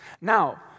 Now